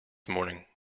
morning